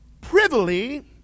privily